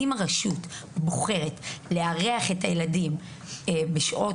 אם הרשות בוחרת לארח את הילדים בשעות